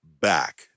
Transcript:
back